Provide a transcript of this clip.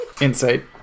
Insight